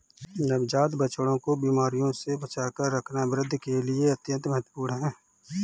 नवजात बछड़ों को बीमारियों से बचाकर रखना वृद्धि के लिए अत्यंत महत्वपूर्ण है